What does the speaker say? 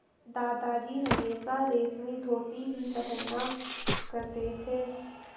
दादाजी हमेशा रेशमी धोती ही पहना करते थे